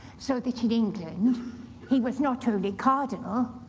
so that in england he was not only cardinal,